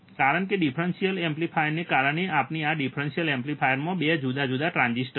કારણકે ડિફરન્સીઅલ એમ્પ્લીફાયરને કારણે આપણી પાસે ડિફરન્સીઅલ એમ્પ્લીફાયરમાં 2 જુદા જુદા ટ્રાન્ઝિસ્ટર છે